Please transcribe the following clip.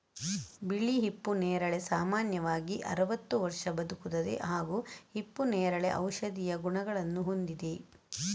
ಬಿಳಿ ಹಿಪ್ಪು ನೇರಳೆ ಸಾಮಾನ್ಯವಾಗಿ ಅರವತ್ತು ವರ್ಷ ಬದುಕುತ್ತದೆ ಹಾಗೂ ಹಿಪ್ಪುನೇರಳೆ ಔಷಧೀಯ ಗುಣಗಳನ್ನು ಹೊಂದಿದೆ